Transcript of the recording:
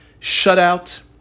shutout